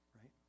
right